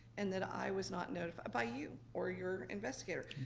and that i was not notified by you or your investigator.